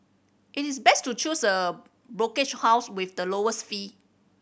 it is best to choose a brokerage house with the lowest fee